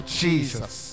jesus